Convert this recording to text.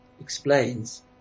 explains